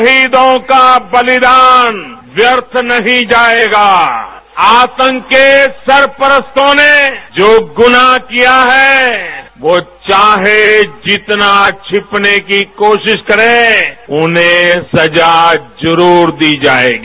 शहीदों का बलिदान व्यर्थ नहीं जाएगा आतंक के सरपरस्तों ने जो गुनाह किया है वो चाहे जितना छिपने की कोशिश करें उन्हें सजा जरूर दी जाएगी